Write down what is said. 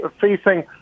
facing